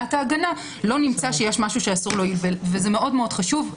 טענת ההגנה לא נמצא שיש משהו שעשו לו- -- וזה מאוד חשוב.